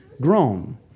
grown